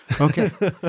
Okay